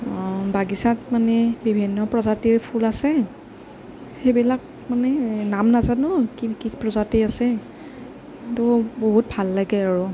বাগিচাত মানে বিভিন্ন প্ৰজাতিৰ ফুল আছে সেইবিলাক মানে নাম নাজানোঁ কি কি প্ৰজাতি আছে কিন্তু বহুত ভাল লাগে আৰু